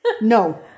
No